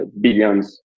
billions